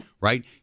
right